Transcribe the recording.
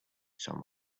some